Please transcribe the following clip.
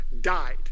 died